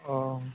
अ